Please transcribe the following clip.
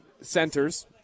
centers